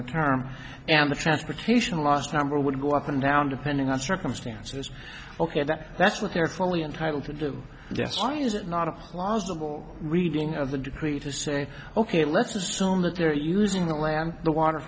the term and the transportation last number would go up and down depending on circumstances ok that that's what they're fully entitled to do yes why is it not a plausible reading of the degree to say ok let's assume that they're using the land the water